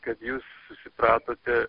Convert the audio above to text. kad jūs susipratote